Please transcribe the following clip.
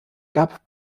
gab